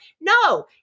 No